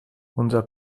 unser